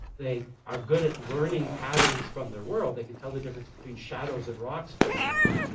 they are good at learning patterns from their world. they can tell the difference between shadows and rocks, for example.